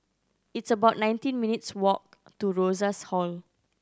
it's about nineteen minutes' walk to Rosas Hall